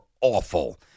awful